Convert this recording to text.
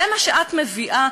זה מה שאת מביאה?